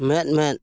ᱢᱮᱫ ᱢᱮᱫ